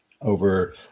over